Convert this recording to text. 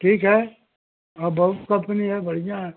ठीक है बहुत कम्पनी है बढ़िया है